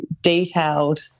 detailed